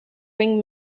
wing